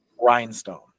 Rhinestone